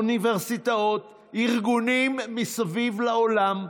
אוניברסיטאות, ארגונים מסביב לעולם,